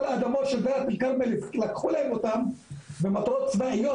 כל האדמות של דאלית אל כרמל לקחו להם אותן למטרות צבאיות.